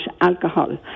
alcohol